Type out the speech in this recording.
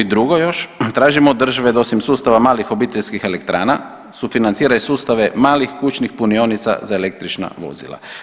I drugo još tražimo od države da osim sustava malih obiteljskih elektrana sufinancira i sustave malih kućnih punionica za električna vozila.